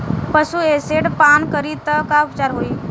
पशु एसिड पान करी त का उपचार होई?